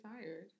tired